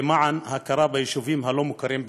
למען הכרה ביישובים הלא-מוכרים בנגב,